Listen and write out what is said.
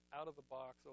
Out-of-the-box